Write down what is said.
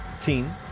team